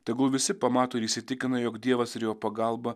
tegul visi pamato ir įsitikina jog dievas ir jo pagalba